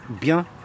bien